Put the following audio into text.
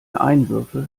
einwürfe